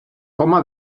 home